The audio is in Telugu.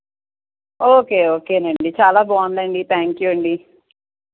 ఓకే ఓకే అండి చాలా బాగుందండి థ్యాంక్ యూ అండి